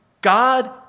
God